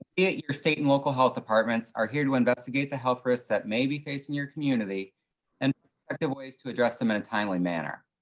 yeah your state and local health departments are here to investigate the health risks that may be facing your community and effective ways to address them in a timely manner.